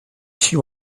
she